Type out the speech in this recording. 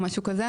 או משהו כזה.